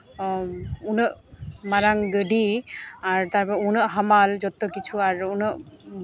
ᱩᱱᱟᱹᱜ ᱢᱟᱨᱟᱝ ᱜᱟᱹᱰᱤ ᱛᱟᱨᱯᱚᱨ ᱩᱱᱟᱹᱜ ᱦᱟᱢᱟᱞ ᱡᱚᱛᱚ ᱠᱤᱪᱷᱩ ᱟᱨ ᱩᱱᱟᱹᱜ